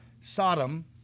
Sodom